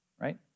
right